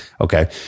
Okay